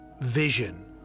vision